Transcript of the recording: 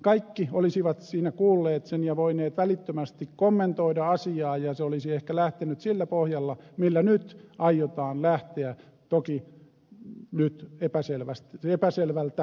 kaikki olisivat siinä kuulleet sen ja voineet välittömästi kommentoida asiaa ja se olisi ehkä lähtenyt sillä pohjalla millä nyt aiotaan lähteä vaikka toki nyt epäselvältä sopimuspohjalta